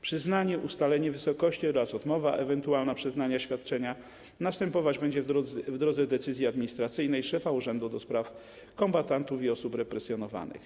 Przyznanie, ustalenie wysokości oraz ewentualna odmowa przyznania świadczenia następować będzie w drodze decyzji administracyjnej szefa Urzędu do Spraw Kombatantów i Osób Represjonowanych.